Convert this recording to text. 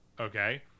Okay